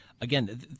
Again